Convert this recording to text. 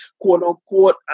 quote-unquote